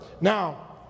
Now